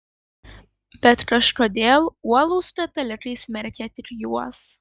bet kažkodėl uolūs katalikai smerkia tik juos